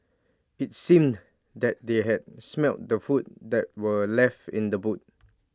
IT seemed that they had smelt the food that were left in the boot